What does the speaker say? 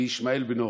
וישמעאל בניו".